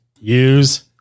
Use